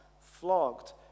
flogged